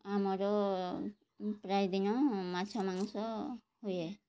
ଆମର ପ୍ରାୟଦିନ ମାଛ ମାଂସ ହୁଏ